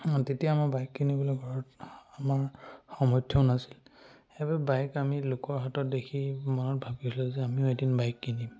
তেতিয়া আমাৰ বাইক কিনিবলৈ ঘৰত আমাৰ সামৰ্থ্যও নাছিল সেইবাবে বাইক আমি লোকৰ হাতত দেখি মনত ভাবিছিলোঁ যে আমিও এদিন বাইক কিনিম